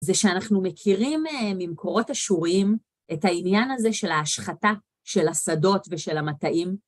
זה שאנחנו מכירים ממקורות אשוריים את העניין הזה של ההשחתה של השדות ושל המטעים.